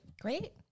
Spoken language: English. Great